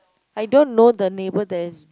I don't know the neighbour that's